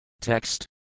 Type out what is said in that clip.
Text